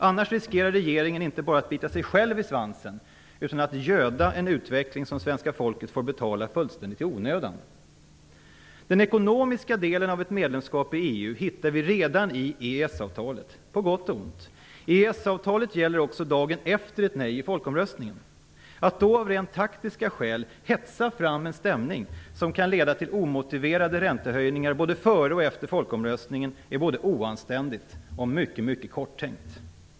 Annars riskerar regeringen att inte bara bita sig själv i svansen utan även att göda en utveckling som svenska folket får betala fullständigt i onödan. hittar vi redan i EES-avtalet, på gott och ont. EES avtalet gäller också dagen efter ett nej i folkomröstningen. Att då av rent taktiska skäl hetsa fram en stämning som kan leda till omotiverade räntehöjningar både före och efter folkomröstningen är både oanständigt och mycket korttänkt.